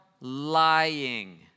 lying